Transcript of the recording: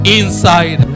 inside